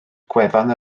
gwefan